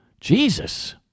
Jesus